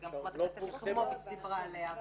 וגם חברת הכנסת יחימוביץ דיברה עליה,